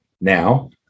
now